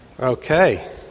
Okay